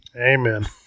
Amen